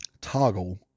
toggle